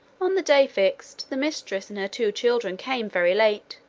on the day fixed, the mistress and her two children came very late